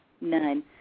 none